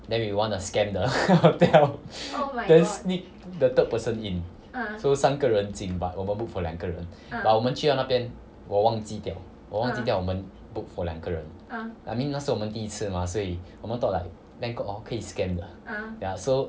then we want to scam the hotel then sneak the third person in so 三个人进 but 我们 book for 两个人 but 我们去到那边我忘记掉我忘记掉我们 book for 两个人 I mean 那时我们第一次嘛所以我们都 like bangkok lor 可以 scam 的 ya so